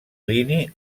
plini